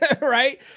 right